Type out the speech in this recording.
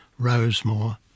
Rosemore